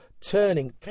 turning